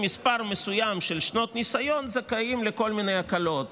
מספר מסוים של שנות ניסיון זכאים לכל מיני הקלות.